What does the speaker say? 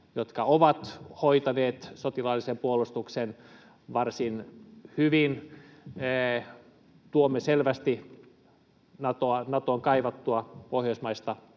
jotka ovat hoitaneet sotilaallisen puolustuksen varsin hyvin. Tuomme selvästi Natoon kaivattua pohjoismaista